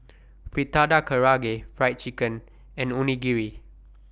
Fritada Karaage Fried Chicken and Onigiri